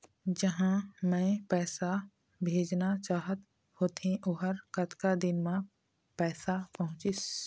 जहां मैं पैसा भेजना चाहत होथे ओहर कतका दिन मा पैसा पहुंचिस?